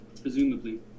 presumably